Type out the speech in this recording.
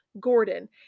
gordon